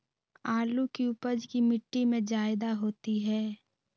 आलु की उपज की मिट्टी में जायदा होती है?